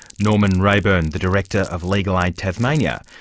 norman raeburn, the director of legal aid tasmania,